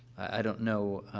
i don't know,